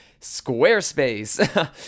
Squarespace